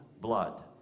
blood